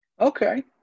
okay